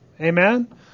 Amen